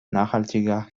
nachhaltiger